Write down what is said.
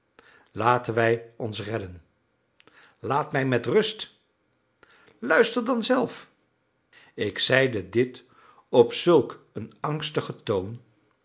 laten wij ons redden laat mij met rust luister dan zelf ik zeide dit op zulk een angstigen toon